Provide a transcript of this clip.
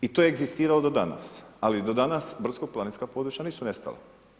I to je egzistiralo do danas, ali do danas brdsko planinska područja nisu nestala.